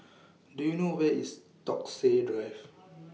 Do YOU know Where IS Stokesay Drive